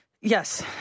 Yes